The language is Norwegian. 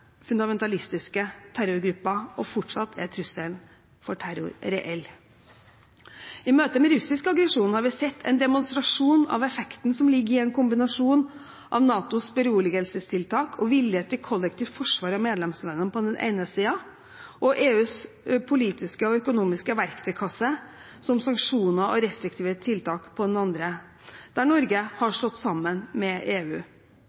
fundamentalistiske terrorgrupper, og fortsatt er trusselen om terror reell. I møte med russisk aggresjon har vi sett en demonstrasjon av effekten som ligger i en kombinasjon av NATOs beroligelsestiltak og vilje til kollektivt forsvar av medlemslandene på den ene siden og EUs politiske og økonomiske verktøykasse som sanksjoner og restriktive tiltak på den andre, der Norge har stått sammen med EU.